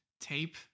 tape